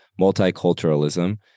multiculturalism